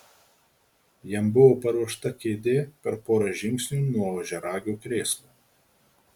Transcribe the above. jam buvo paruošta kėdė per porą žingsnių nuo ožiaragio krėslo